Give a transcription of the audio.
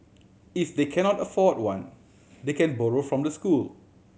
if they cannot afford one they can borrow from the school